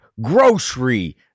grocery